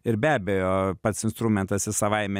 ir be abejo pats instrumentas jis savaime